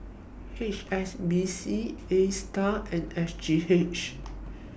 H S B C ASTAR and S G H